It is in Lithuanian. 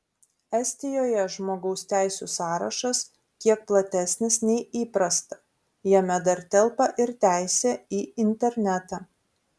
estijoje žmogaus teisių sąrašas kiek platesnis nei įprasta jame dar telpa ir teisė į internetą